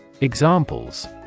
Examples